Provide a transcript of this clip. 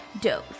dose